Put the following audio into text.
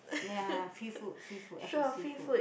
ya free food free food f_o_c food